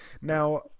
Now